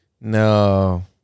No